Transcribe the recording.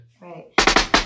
right